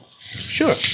Sure